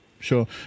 sure